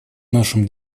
нашим